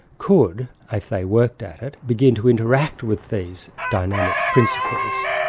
could, if they worked at it, begin to interact with these dynamic principles.